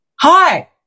Hi